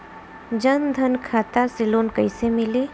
जन धन खाता से लोन कैसे मिली?